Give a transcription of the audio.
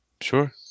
Sure